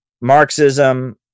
Marxism